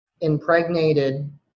impregnated